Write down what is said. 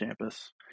campus